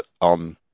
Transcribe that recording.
on